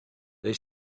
they